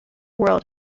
world